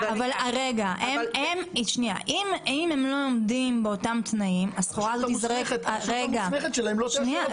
אם הם לא עומדים באותם תנאים --- הרשות המוסמכת לא תאשר.